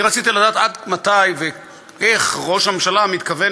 אני רציתי לדעת עד מתי ואיך ראש הממשלה מתכוון